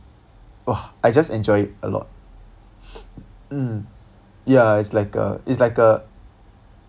!wah! I just enjoy it a lot mm it's like a it's like a